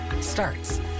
starts